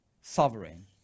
sovereign